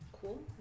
Cool